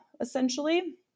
essentially